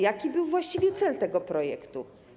Jaki był właściwie cel tego projektu?